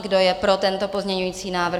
Kdo je pro tento pozměňovací návrh?